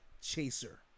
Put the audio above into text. chaser